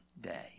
day